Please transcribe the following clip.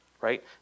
right